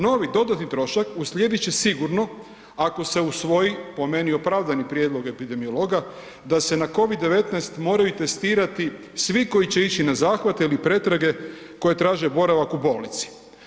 Novi dodatni trošak uslijedit će sigurno ako se usvoji po meni opravdani prijedlog epidemiologa, da se na COVID 19 moraju testirati svi koji će ići na zahvate ili pretrage koje traže boravak u bolnici.